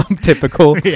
typical